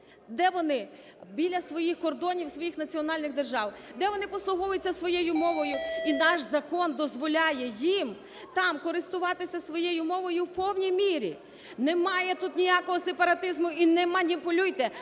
де вони біля своїх кордонів, своїх національних держав, де вони послуговуються своєю мовою, і наш закон дозволяє їм там користуватися своєю мовою в повній мірі. Немає тут ніякого сепаратизму і не маніпулюйте,